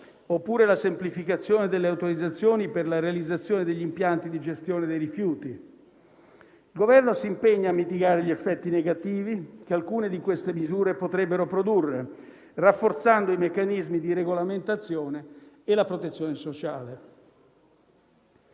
oppure la semplificazione delle autorizzazioni per la realizzazione degli impianti di gestione dei rifiuti. Il Governo si impegna a mitigare gli effetti negativi che alcune di queste misure potrebbero produrre, rafforzando i meccanismi di regolamentazione e la protezione sociale.